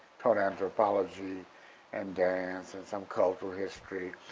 taught anthropology and dance and some cultural history.